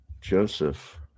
Joseph